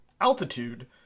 altitude